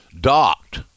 docked